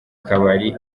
kabari